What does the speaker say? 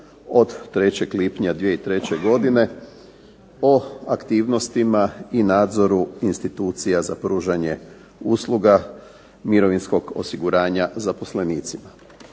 od 3. lipnja 2003. godine o aktivnostima i nadzoru institucija za pružanje usluga mirovinskog osiguranja zaposlenicima.